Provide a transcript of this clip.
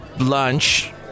lunch